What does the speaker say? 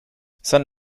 sein